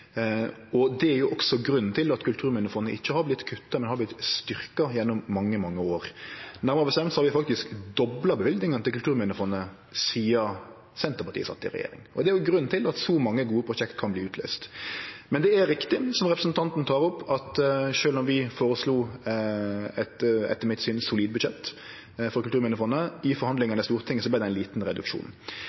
Det er også grunnen til at Kulturminnefondet ikkje har vorte kutta, men styrkt gjennom mange, mange år. Nærmare bestemt har vi faktisk dobla løyvingane til Kulturminnefondet sidan Senterpartiet sat i regjering. Det er grunnen til at så mange gode prosjekt kan verte utløyste. Men det er riktig, som representanten tek opp, at sjølv om vi føreslo eit etter mitt syn solid budsjett til Kulturminnefondet, vart det i forhandlingane med Stortinget ein liten reduksjon. Men eg synest det er grunn til å minne om at det ikkje vart ein reduksjon